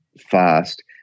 fast